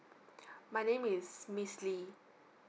my name is miss lee